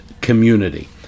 community